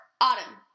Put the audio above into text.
Autumn